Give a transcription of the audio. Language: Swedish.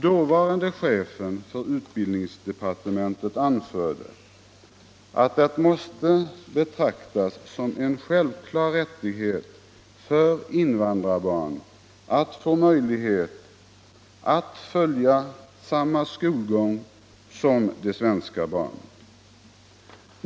Dåvarande chefen för utbildningsdepartementet anförde att det måste betraktas som en självklar rättighet för invandrarbarnen att få möjlighet att följa samma skolgång som de svenska barnen.